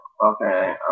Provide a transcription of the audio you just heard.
Okay